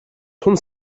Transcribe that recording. тун